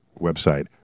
website